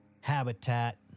habitat